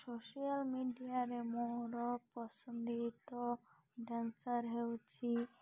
social ମିଡ଼ିଆରେ ମୋର ପସନ୍ଦିତ ଡ୍ୟାନ୍ସର୍ ହେଉଛି